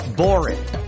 boring